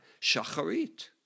Shacharit